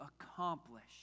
accomplish